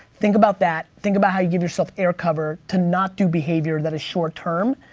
think about that. think about how you give yourself air cover to not do behavior that is short-term.